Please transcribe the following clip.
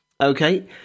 okay